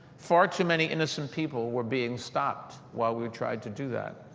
far too many innocent people were being stopped while we tried to do that.